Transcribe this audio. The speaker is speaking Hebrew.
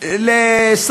מחיר למשתכן.